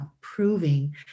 proving